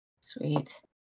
Sweet